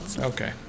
Okay